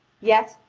yet,